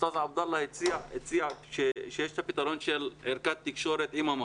עבדאללה חטיב הציע את הפתרון של ערכת תקשורת עם המחשב.